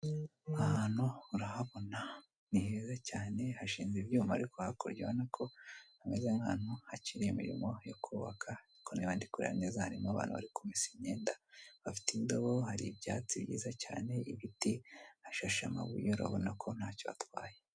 Aha hantu urahabona ni heza cyane hashinze ibyuma ariko hakurya urabona ko hameze nk'ahantu hakiri imirimo yo kubaka ariko niba ndi kureba neza harimo abantu bari kumesa imyenda bafite indobo hari ibyatsi byiza cyane ibiti hashashe amabuye urabona ko ntacyo hatwaye.